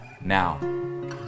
now